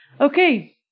Okay